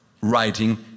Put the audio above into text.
writing